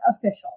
official